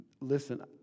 listen